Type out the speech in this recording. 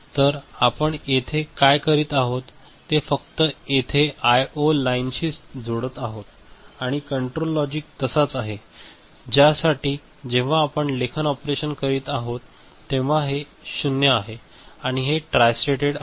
तर आपण येथे काय करीत आहोत ते फक्त येथे आय ओ लाईनशी जोडत आहोत आणि हे कंट्रोल लॉजिक तसाच आहे ज्यासाठी जेव्हा आपण लेखन ऑपरेशन करीत आहोत तेव्हा हे 0 आहे आणि हे ट्रायस्टेटेड आहे